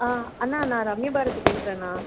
ஆ அண்ணா நான் ரம்யபாரதி பேசுகிறேண்ணா